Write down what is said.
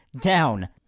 down